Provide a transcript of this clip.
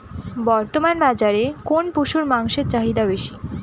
বর্তমান বাজারে কোন পশুর মাংসের চাহিদা বেশি?